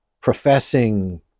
professing